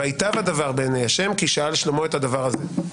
וייטב הדבר בעיני ה', כי שאל שלמה את הדבר הזה.